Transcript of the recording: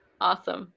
awesome